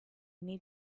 need